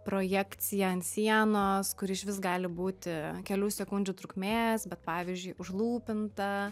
projekciją ant sienos kuri išvis gali būti kelių sekundžių trukmės bet pavyzdžiui užlūpinta